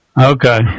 okay